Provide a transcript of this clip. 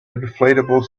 inflatable